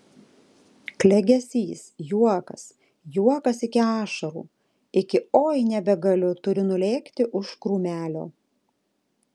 klegesys juokas juokas iki ašarų iki oi nebegaliu turiu nulėkti už krūmelio